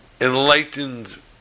enlightened